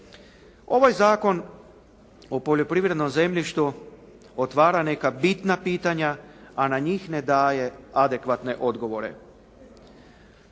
Ovaj Zakon o poljoprivrednom zemljištu otvara neka bitna pitanja, a na njih ne daje adekvatne odgovore.